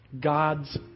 God's